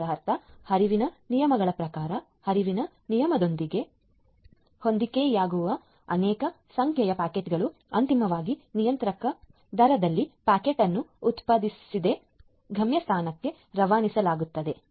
ಇದರರ್ಥ ಹರಿವಿನ ನಿಯಮಗಳ ಪ್ರಕಾರ ಹರಿವಿನ ನಿಯಮದೊಂದಿಗೆ ಹೊಂದಿಕೆಯಾಗುವ ಅನೇಕ ಸಂಖ್ಯೆಯ ಪ್ಯಾಕೆಟ್ಗಳು ಅಂತಿಮವಾಗಿ ನಿಯಂತ್ರಕ ದರದಲ್ಲಿ ಪ್ಯಾಕೆಟ್ ಅನ್ನು ಉತ್ಪಾದಿಸದೆ ಗಮ್ಯಸ್ಥಾನಕ್ಕೆ ರವಾನಿಸಲಾಗುತ್ತದೆ